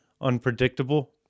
unpredictable